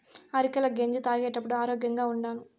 అరికెల గెంజి తాగేప్పుడే ఆరోగ్యంగా ఉండాను